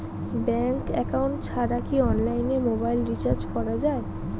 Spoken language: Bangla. ব্যাংক একাউন্ট ছাড়া কি অনলাইনে মোবাইল রিচার্জ করা যায়?